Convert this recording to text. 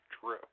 true